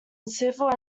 civil